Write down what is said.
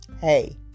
Hey